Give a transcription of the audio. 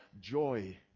joy